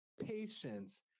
patience